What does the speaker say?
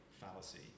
fallacy